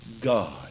God